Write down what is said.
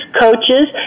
coaches